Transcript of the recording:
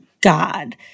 God